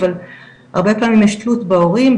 אבל הרבה פעמים יש תלות בהורים,